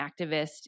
activist